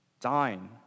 dine